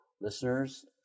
listeners